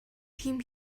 тийм